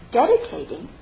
dedicating